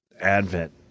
Advent